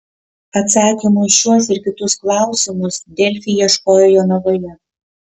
atsakymų į šiuos ir kitus klausimus delfi ieškojo jonavoje